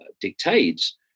dictates